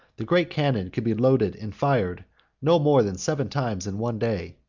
the great cannon could be loaded and fired no more than seven times in one day.